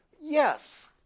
Yes